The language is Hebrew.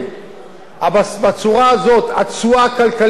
בצורה הזאת, התשואה הכלכלית תהיה אמיתית,